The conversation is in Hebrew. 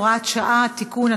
הוראת שעה) (תיקון),